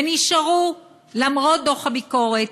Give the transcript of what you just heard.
ונשארו למרות דוח הביקורת.